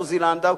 השר עוזי לנדאו,